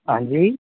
हाँ जी